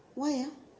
why ah